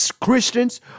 Christians